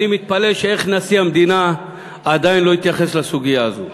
אני מתפלא איך נשיא המדינה עדיין לא התייחס לסוגיה הזאת,